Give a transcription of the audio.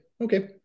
okay